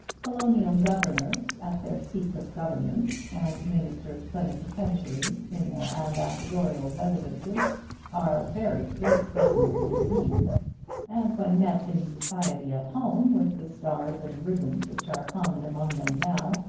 colonial governors at their seats of government, and ministers plenipotentiary in their ambassadorial residences are very great persons indeed and when met in society at home, with the stars and ribbons which are common among them now,